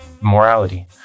Morality